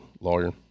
lawyer